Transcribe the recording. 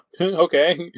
Okay